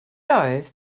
oedd